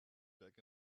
back